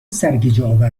سرگیجهآور